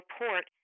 report